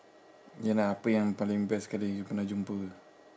ye lah apa yang paling best sekali you pernah jumpa